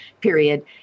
period